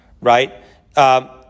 right